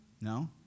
No